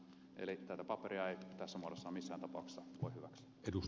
eli tätä paperia ei tässä muodossa missään tapauksessa voi hyväksyä